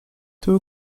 two